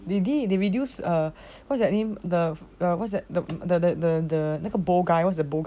the day they reduce err what's that name the what's that the the the the the bow guy what's that bow guy name